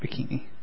Bikini